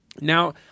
Now